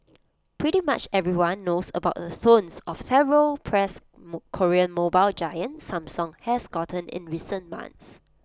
pretty much everyone knows about the tonnes of terrible press Korean mobile giant Samsung has gotten in recent months